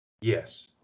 Yes